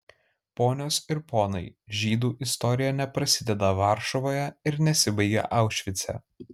ponios ir ponai žydų istorija neprasideda varšuvoje ir nesibaigia aušvice